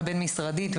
הבין משרדית,